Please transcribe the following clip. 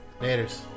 Laters